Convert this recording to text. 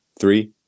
Three